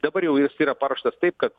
dabar jau jis yra paruoštas taip kad